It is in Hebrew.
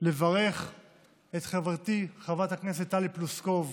לברך את חברתי חברת הכנסת טלי פלוסקוב,